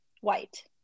White